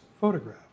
photograph